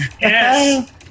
Yes